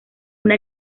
una